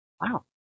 Wow